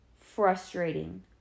frustrating